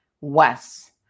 west